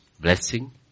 Blessing